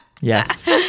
Yes